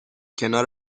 کنار